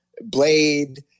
blade